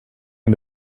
end